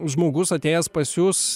žmogus atėjęs pas jus